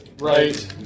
right